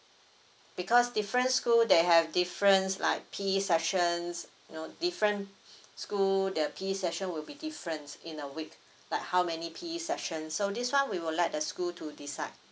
because different school they have difference like P_E sessions you know different school the P_E session will be different in a week like how many P_E session so this one we will let the school to decide